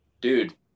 dude